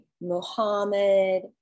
Muhammad